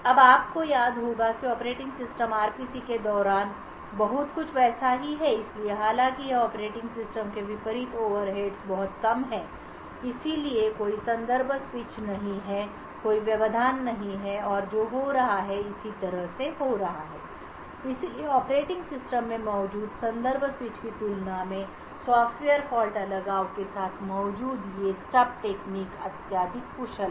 अब यह आपको याद होगा कि ऑपरेटिंग सिस्टम RPC के दौरान बहुत कुछ वैसा ही है इसलिए हालाँकि यहाँ ऑपरेटिंग सिस्टम के विपरीत ओवरहेड्स बहुत कम हैं इसलिए कोई संदर्भ स्विच नहीं हैं कोई व्यवधान नहीं हैं और जो हो रहा है इसी तरह से हो रहा है इसलिए ऑपरेटिंग सिस्टम में मौजूद संदर्भ स्विच की तुलना में सॉफ़्टवेयर फ़ॉल्ट अलगाव के साथ मौजूद ये ठूंठ तंत्र अत्यधिक कुशल हैं